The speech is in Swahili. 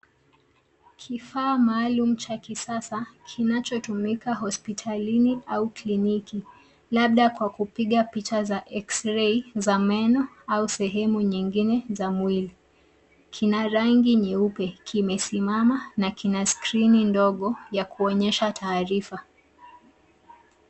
Kifaa maalum cha kisasa kinachotumika hospitalini au kliniki labda kwa kupiga picha za X ray za meno au sehemu nyingine za mwili. Kina rangi nyeupe kimesimama na kina skrini ndogo ya kuonyesha taarifa.